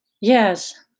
Yes